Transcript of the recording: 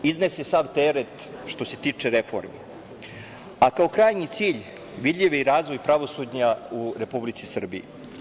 Iznese sav teret što se tiče reformi, a kao krajnji cilj vidljivi razvoj pravosuđa u Republici Srbiji.